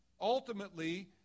ultimately